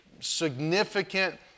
significant